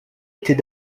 était